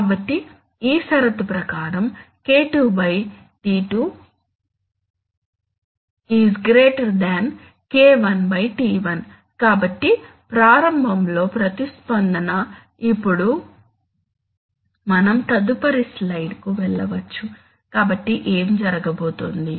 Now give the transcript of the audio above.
కాబట్టి ఈ షరతు ప్రకారం K2 τ2 K1 τ1 కాబట్టి ప్రారంభంలో ప్రతిస్పందన ఇప్పుడు మనం తదుపరి స్లైడ్కు వెళ్ళవచ్చు కాబట్టి ఏమి జరగబోతోంది